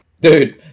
Dude